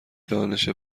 دانش